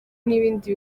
n’ibindi